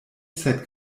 sed